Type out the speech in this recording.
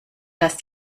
das